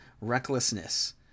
recklessness